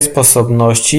sposobności